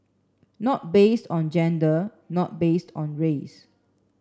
not based on gender not based on race